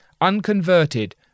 Unconverted